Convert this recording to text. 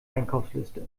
einkaufsliste